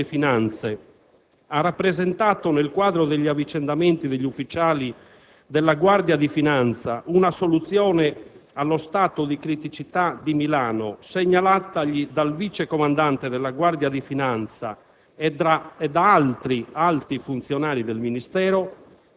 rispondesse al vero che il Vice ministro dell'economia e delle finanze ha rappresentato, nel quadro degli avvicendamenti degli ufficiali della Guardia di finanza, una soluzione allo stato di criticità di Milano, segnalatagli dal vice comandante della Guardia di finanza